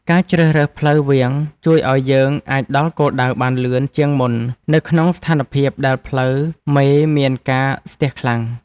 ការជ្រើសរើសផ្លូវវាងជួយឱ្យយើងអាចដល់គោលដៅបានលឿនជាងមុននៅក្នុងស្ថានភាពដែលផ្លូវមេមានការស្ទះខ្លាំង។